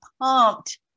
pumped